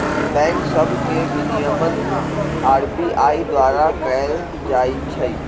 bank सभ के विनियमन आर.बी.आई द्वारा कएल जाइ छइ